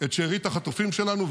את שארית החטופים שלנו.